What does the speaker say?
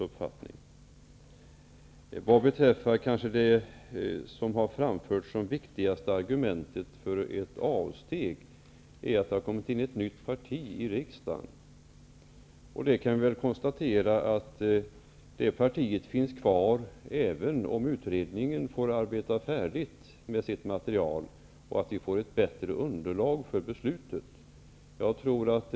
Det viktigaste argumentet som har framförts för ett avsteg är att ett nytt parti har kommit in i riksdagen. Vi kan väl konstatera att detta parti finns kvar även om utredningen tillåts arbeta färdigt med sitt material för att vi skall kunna få ett bättre underlag för beslutet.